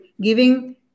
Giving